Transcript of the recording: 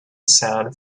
sound